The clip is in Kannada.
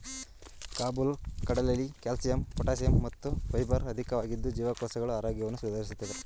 ಕಾಬುಲ್ ಕಡಲೆಲಿ ಕ್ಯಾಲ್ಶಿಯಂ ಪೊಟಾಶಿಯಂ ಮತ್ತು ಫೈಬರ್ ಅಧಿಕವಾಗಿದ್ದು ಜೀವಕೋಶಗಳ ಆರೋಗ್ಯವನ್ನು ಸುಧಾರಿಸ್ತದೆ